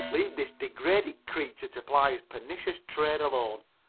leave this degraded creature to ply his pernicious trade alone.